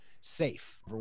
safe